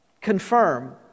confirm